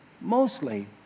Mostly